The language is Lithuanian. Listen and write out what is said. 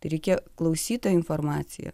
tai reikia klausyt tą informaciją